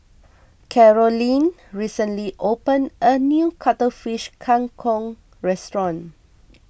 Carolyne recently opened a new Cuttlefish Kang Kong restaurant